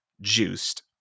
juiced